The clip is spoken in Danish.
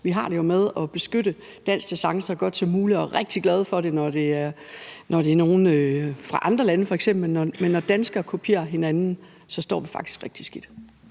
Vi har det jo med at beskytte dansk design så godt som muligt, og vi er rigtig glade for det, når det er nogle fra andre lande f.eks. – men når danskere kopierer hinanden, står vi faktisk rigtig skidt.